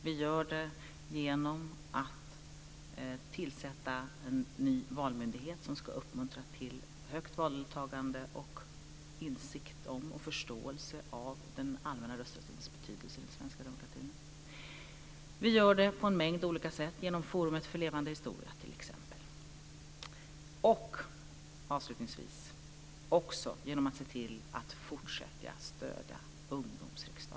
Vi tillsätter en ny valmyndighet som ska uppmuntra till högt valdeltagande och insikt om och förståelse för den allmänna rösträttens betydelse i den svenska demokratin. Vi bedriver detta arbete på en mängd olika sätt, t.ex. genom Forum för levande historia och genom att se till att fortsätta att stödja